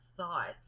Thoughts